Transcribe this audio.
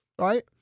right